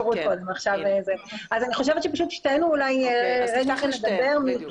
אני חושבת ששתינו נדבר.